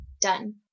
done